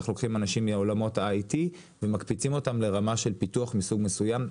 איך לוקחים אנשים ומקפיצים אותם לרמה של פיתוח מסוג מסוים.